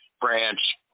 branch